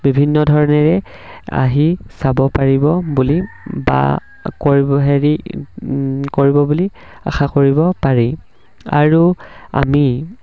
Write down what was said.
বিভিন্ন ধৰণেৰে আহি চাব পাৰিব বুলি বা কৰিব হেৰি কৰিব বুলি আশা কৰিব পাৰি আৰু আমি